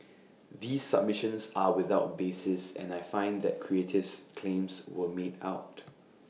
these submissions are without basis and I find that creative's claims were made out